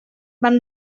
vam